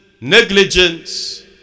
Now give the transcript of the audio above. negligence